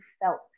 felt